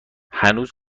هنوز